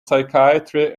psychiatry